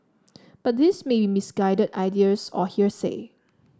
but these may misguided ideas or hearsay